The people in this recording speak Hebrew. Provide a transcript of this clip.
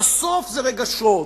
בסוף זה רגשות,